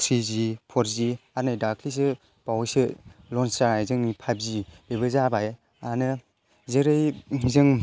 थ्रिजि फरजि आरो नै दाख्लैसो बावैसो लन्स जानाय जोंनि फाइभजि बेबो जाबायानो जेरै जों